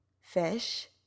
fish